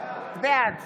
בעד